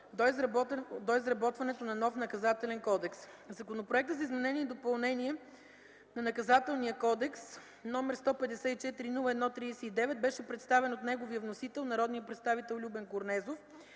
до изработването на нов Наказателен кодекс. Законопроектът за изменение и допълнение на Наказателния кодекс, № 154-01-39, беше представен от неговия вносител народния представител Любен Корнезов.